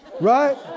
right